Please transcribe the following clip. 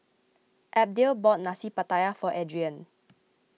Abdiel bought Nasi Pattaya for Adrienne